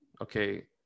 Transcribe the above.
okay